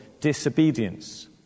disobedience